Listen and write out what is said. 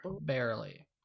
barely